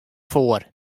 foar